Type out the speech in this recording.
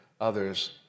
others